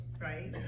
right